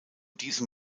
diesem